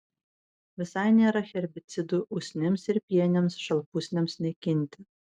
visai nėra herbicidų usnims ir pienėms šalpusniams naikinti